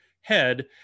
head